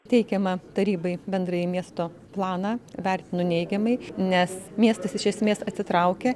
teikiamą tarybai bendrąjį miesto planą vertinu neigiamai nes miestas iš esmės atsitraukia